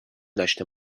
داشته